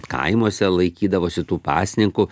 kaimuose laikydavosi tų pasninkų